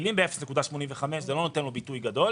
מכפילים ב-0.85, זה לא נותן לו ביטוי גדול.